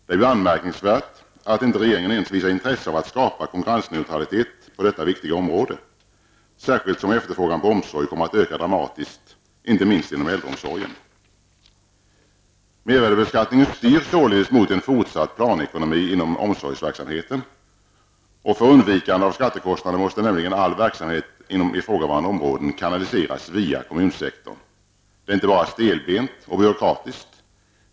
Det är ju anmärkningsvärt att inte regeringen visar intresse av att skapa konkurrensneutralitet ens på detta viktiga område, särskilt som efterfrågan på omsorg kommer att öka dramatiskt, inte minst inom äldreomsorgen. Mervärdebeskattningen styr oss således mot en fortsatt planekonomi inom omsorgsverksamheten. För undvikande av skattekostnader måste nämligen all verksamhet inom ifrågavarande områden kanaliseras via kommunsektorn. Det är inte bara stelbent och byråkratiskt.